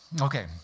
Okay